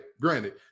granted